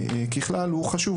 במקרים מסוימים, הוא חשוב